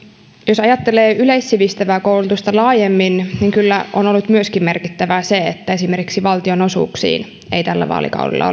jos ajattelee yleissivistävää koulutusta laajemmin niin kyllä on ollut merkittävää myöskin se että esimerkiksi valtionosuuksiin ei tällä vaalikaudella